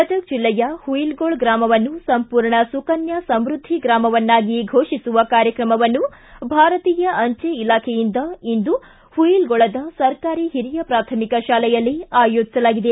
ಗದಗ್ ಜಿಲ್ಲೆಯ ಹುಯಿಲಗೋಳ್ ಗ್ರಾಮವನ್ನು ಸಂಪೂರ್ಣ ಸುಕನ್ಯಾ ಸಮೃದ್ದಿ ಗ್ರಾಮವನ್ನಾಗಿ ಫೋಷಿಸುವ ಕಾರ್ಯಕ್ರಮವನ್ನು ಭಾರತೀಯ ಅಂಚೆ ಇಲಾಖೆಯಿಂದ ಇಂದು ಹುಯಿಲಗೋಳದ ಸರಕಾರಿ ಹಿರಿಯ ಪ್ರಾಥಮಿಕ ಶಾಲೆಯಲ್ಲಿ ಆಯೋಜಿಸಲಾಗಿದೆ